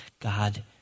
God